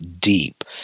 deep